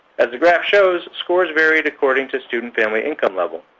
as the graph shows, scores varied according to student family income level,